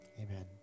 Amen